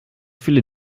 viele